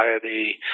society